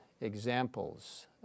examples